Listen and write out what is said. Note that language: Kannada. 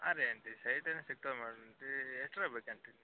ಹಾಂ ರಿ ಆಂಟಿ ಸೈಟ್ ಏನೋ ಸಿಗ್ತಾವೆ ಎಷ್ಟರವು ಬೇಕು ಆಂಟಿ